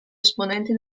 esponenti